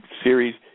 Series